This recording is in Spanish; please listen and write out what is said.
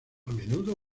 menudo